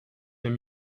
dem